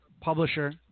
publisher